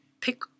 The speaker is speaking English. Pick